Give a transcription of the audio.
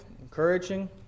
encouraging